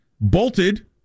bolted